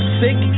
sick